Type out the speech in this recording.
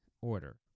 order